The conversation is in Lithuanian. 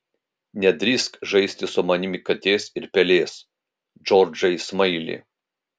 nedrįsk žaisti su manimi katės ir pelės džordžai smaili